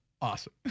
awesome